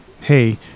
Hey